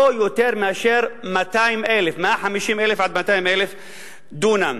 לא יותר מאשר 150,000 200,000 דונם.